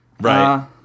Right